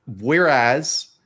whereas